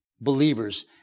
believers